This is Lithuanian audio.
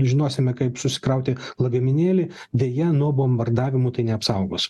žinosime kaip susikrauti lagaminėlį deja nuo bombardavimų tai neapsaugos